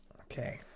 Okay